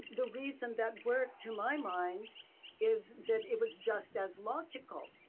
the reason that work to my mind is that it was just as logical,